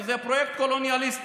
כי זה פרויקט קולוניאליסטי,